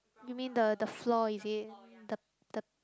you mean the the floor is it the the